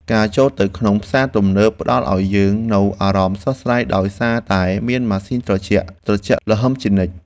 ការចូលទៅក្នុងផ្សារទំនើបផ្តល់ឱ្យយើងនូវអារម្មណ៍ស្រស់ស្រាយដោយសារតែមានម៉ាស៊ីនត្រជាក់ត្រជាក់ល្ហឹមជានិច្ច។